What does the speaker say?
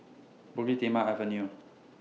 Bukit Timah Avenue